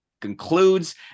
concludes